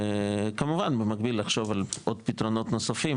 כמובן במקביל לחשוב על עוד פתרונות נוספים,